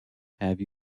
have